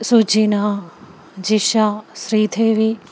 Sujina Jisha Sridevi